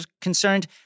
concerned